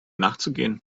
nachzugehen